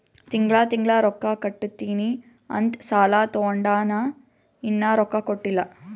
ತಿಂಗಳಾ ತಿಂಗಳಾ ರೊಕ್ಕಾ ಕಟ್ಟತ್ತಿನಿ ಅಂತ್ ಸಾಲಾ ತೊಂಡಾನ, ಇನ್ನಾ ರೊಕ್ಕಾ ಕಟ್ಟಿಲ್ಲಾ